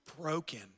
broken